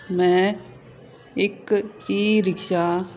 ਮੈਂ ਇੱਕ e rickshaw